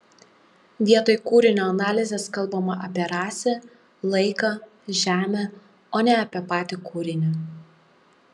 vietoj kūrinio analizės kalbama apie rasę laiką žemę o ne apie patį kūrinį